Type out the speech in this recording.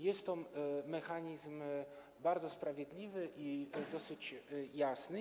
Jest to mechanizm bardzo sprawiedliwy i dosyć jasny.